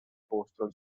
postal